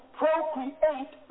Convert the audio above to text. procreate